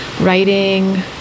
writing